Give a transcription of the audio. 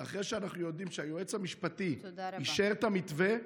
אחרי שאנחנו יודעים שהיועץ המשפטי אישר את המתווה,